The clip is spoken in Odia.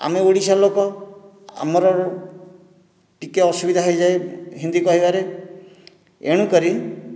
ଆମେ ଓଡ଼ିଶା ଲୋକ ଆମର ଟିକିଏ ଅସୁବିଧା ହୋଇଯାଏ ହିନ୍ଦୀ କହିବାରେ ଏଣୁକରି